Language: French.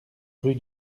rue